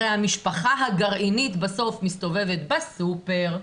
הרי המשפחה הגרעינית בסוף מסתובבת בסופר,